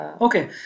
Okay